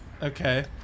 Okay